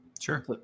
Sure